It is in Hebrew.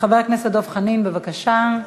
חבר הכנסת דב חנין, בבקשה.